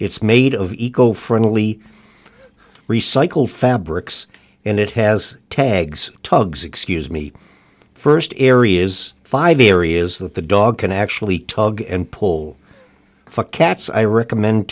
it's made of eco friendly recycled fabrics and it has tags tugs excuse me first areas five areas that the dog can actually tug and pull off a cat's i recommend